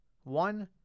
one